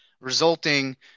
resulting